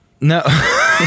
No